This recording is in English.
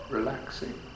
Relaxing